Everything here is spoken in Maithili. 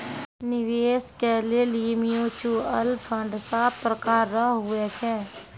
निवेश के लेली म्यूचुअल फंड सात प्रकार रो हुवै छै